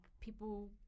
people